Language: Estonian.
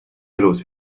elus